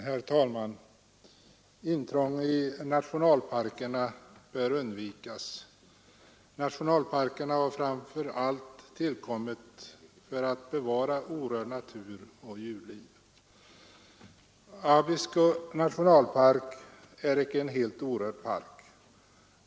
Herr talman! Intrång i nationparkerna bör undvikas. Nationalparkerna har framför allt tillkommit för att bevara natur och djurliv i orört skick. Men Abisko nationalpark är inte något helt orört område.